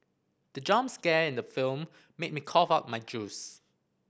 the jump scare in the film made me cough out my juice